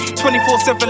24-7